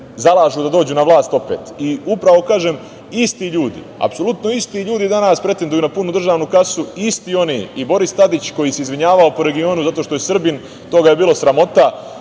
zalažu da dođu na vlast opet. I upravo kažem isti ljudi, apsolutno isti ljudi danas pretenduju na punu državnu kasu, isti oni i Boris Tadić, koji se izvinjavao po regionu zato što je Srbin, to ga je bilo sramota,